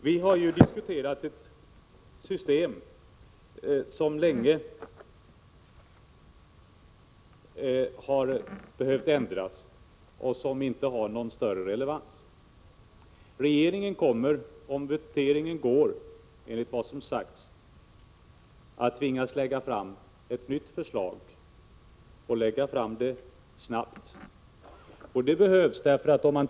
Vi har diskuterat ett system som länge har behövt ändras och som inte har någon större relevans. Regeringen kommer, om allt som sagts är riktigt, att tvingas lägga fram ett nytt förslag och det snabbt. Det behövs.